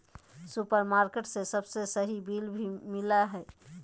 supermarket से सबके सही बिल भी मिला हइ